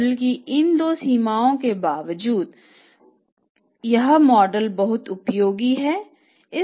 model की इन 2 सीमाओं के बावजूद यह मॉडल बहुत उपयोगी है